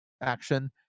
action